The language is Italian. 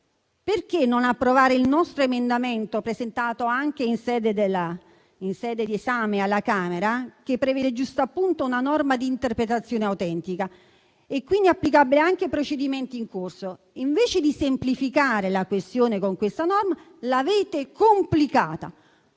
allora non approvare il nostro emendamento, presentato anche in sede di esame alla Camera, che prevede una norma di interpretazione autentica e, quindi, applicabile anche ai procedimenti in corso? Invece di semplificare la questione con questa norma, l'avete complicata.